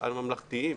על ממלכתיים,